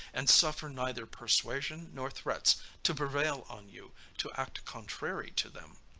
and suffer neither persuasion nor threats to prevail on you to act contrary to them.